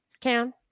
Cam